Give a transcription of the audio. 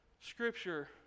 scripture